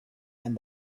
and